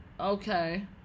Okay